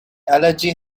allergy